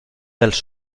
pels